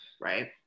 right